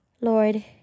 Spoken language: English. Lord